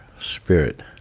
spirit